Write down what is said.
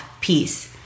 peace